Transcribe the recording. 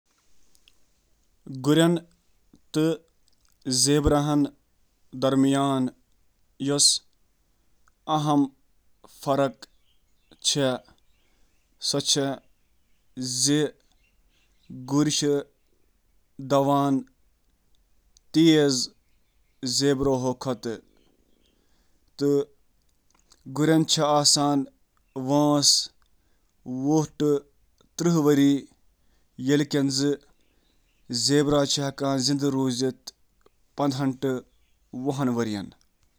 Zebra تہٕ گُرِس درمیان چُھ ساروی کھوتہٕ بٔڑ فرق یمن ہنٛد سائز، رفتار تہٕ رنگ۔